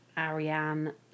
Ariane